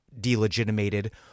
delegitimated